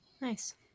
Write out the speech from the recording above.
Nice